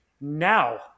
Now